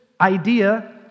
idea